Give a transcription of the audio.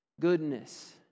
Goodness